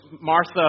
Martha